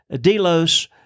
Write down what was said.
Delos